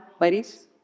ladies